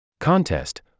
Contest